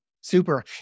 Super